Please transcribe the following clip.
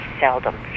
seldom